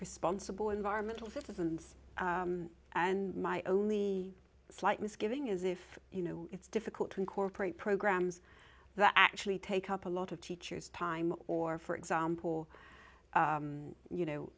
responsible environmental citizens and my only slight misgiving is if you know it's difficult to incorporate programs that actually take up a lot of teachers time or for example you know